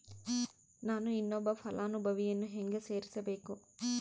ನಾನು ಇನ್ನೊಬ್ಬ ಫಲಾನುಭವಿಯನ್ನು ಹೆಂಗ ಸೇರಿಸಬೇಕು?